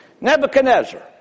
Nebuchadnezzar